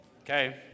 Okay